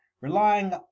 relying